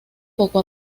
poco